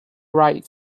right